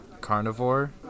carnivore